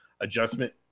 adjustment